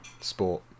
sport